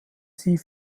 sie